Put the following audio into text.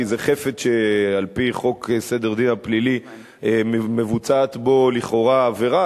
כי זה חפץ שעל-פי חוק סדר הדין הפלילי מבוצעת בו לכאורה עבירה,